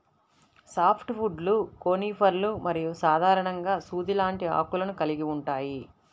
soft వుడ్లు కోనిఫర్లు మరియు సాధారణంగా సూది లాంటి ఆకులను కలిగి ఉంటాయి